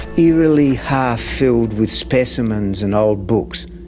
eerily half-filled with specimens and old books,